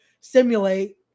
simulate